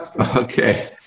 Okay